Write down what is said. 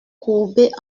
courbée